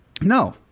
No